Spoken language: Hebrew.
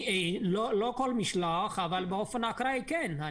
לא כל משלוח, אבל באופן אקראי כן.